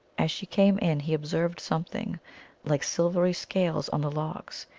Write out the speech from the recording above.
as she came in he observed something like silvery scales on the logs.